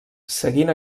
seguint